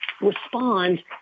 respond